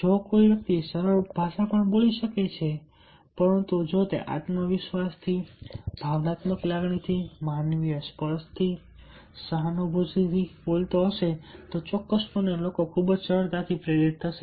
જો કોઈ વ્યક્તિ સરળ ભાષા પણ બોલી શકે છે પરંતુ જો તે આત્મવિશ્વાસથી ભાવનાત્મક લાગણી માનવીય સ્પર્શ સહાનુભૂતિ હશે તો ચોક્કસપણે લોકો ખૂબ જ સરળતાથી પ્રેરિત થશે